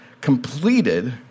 completed